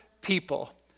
people